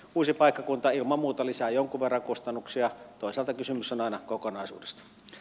uusi paikkakunta ilman muuta lisää jonkun verran kustannuksia toisaalta kysymys on aina kokonaisuudesta